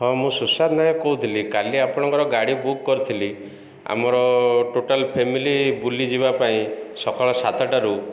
ହଁ ମୁଁ ସୁଶାନ୍ତ ନାୟକ କହୁଥିଲି କାଲି ଆପଣଙ୍କର ଗାଡ଼ି ବୁକ୍ କରିଥିଲି ଆମର ଟୋଟାଲ୍ ଫ୍ୟାମିଲି ବୁଲିଯିବା ପାଇଁ ସକାଳ ସାତଟାରୁ